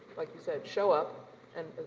like you said, show up and,